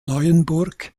neuenburg